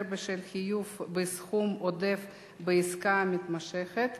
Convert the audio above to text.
(החזר בשל חיוב בסכום עודף בעסקה מתמשכת),